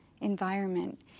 environment